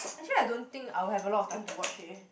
actually I don't think I will have a lot of time to watch leh